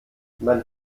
man